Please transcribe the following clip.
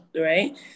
right